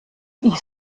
ich